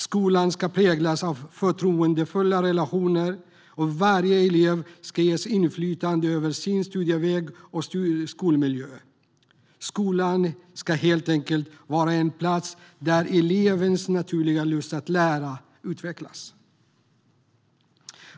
Skolan ska präglas av förtroendefulla relationer, och varje elev ska ges inflytande över sin studieväg och skolmiljö. Skolan ska helt enkelt vara en plats där elevens naturliga lust att lära utvecklas.